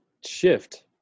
shift